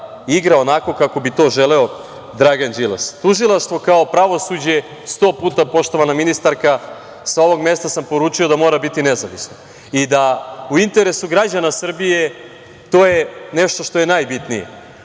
igra onako kako bi to želeo Dragan Đilas. Tužilaštvo, kao i pravosuđe, sto puta, poštovana ministarka, sa ovog mesta sam poručio, mora biti nezavisno i u interesu građana Srbije. To je nešto što je najbitnije. Isto